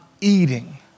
eating